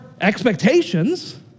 expectations